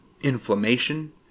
inflammation